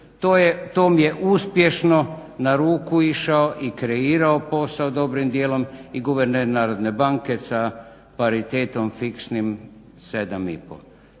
Tom je uspješno na ruku išao i kreirao posao dobrim dijelom i guverner Narodne banke sa paritetom fiksnim 7,5.